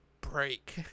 break